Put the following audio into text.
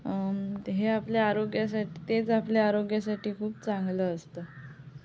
हे आपल्या आरोग्यासाठी तेच आपल्या आरोग्यासाठी खूप चांगलं असतं